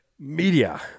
Media